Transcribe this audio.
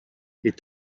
est